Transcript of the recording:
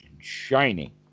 shiny